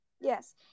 Yes